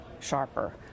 sharper